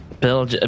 bill